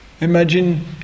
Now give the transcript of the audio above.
imagine